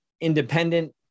independent